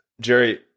Jerry